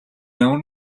ямар